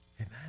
Amen